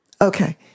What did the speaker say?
Okay